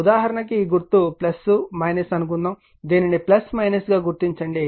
ఉదాహరణకు ఈ గుర్తు అనుకుందాం దీనిని గా గుర్తించండి